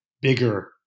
bigger